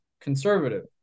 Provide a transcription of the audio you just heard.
conservative